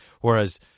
Whereas